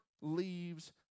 leaves